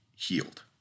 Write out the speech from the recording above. healed